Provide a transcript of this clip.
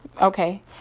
okay